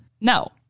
No